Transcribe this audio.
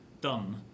done